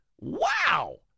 wow